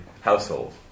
household